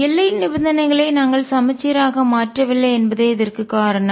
எல்லை நிபந்தனைகளை நாங்கள் சமச்சீராக மாற்றவில்லை என்பதே இதற்குக் காரணம்